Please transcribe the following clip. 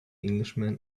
englishman